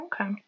Okay